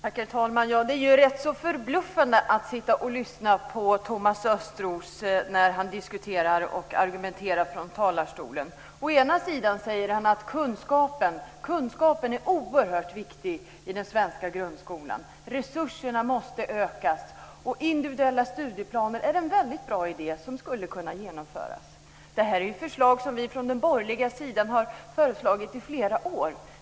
Herr talman! Det är rätt förbluffande att sitta och lyssna på Thomas Östros när han diskuterar och argumenterar från talarstolen. Å ena sidan säger han att kunskapen är oerhört viktig i den svenska grundskolan. Resurserna måste ökas, och individuella studieplaner är en väldigt bra idé som skulle kunna genomföras. Det här är ju sådant som vi från den borgerliga sidan har föreslagit i flera år.